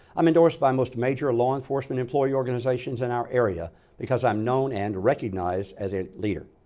i'm endorsed by most major law enforcement employee organizations in our area because i'm known and recognized as a leader.